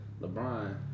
LeBron